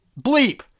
bleep